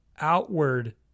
outward